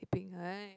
peng !ai!